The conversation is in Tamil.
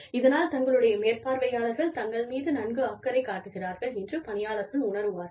இதனால் தங்களுடைய மேற்பார்வையாளர்கள் தங்கள் மீது நன்கு அக்கறை காட்டுகிறார்கள் என்று பணியாளர்கள் உணருவார்கள்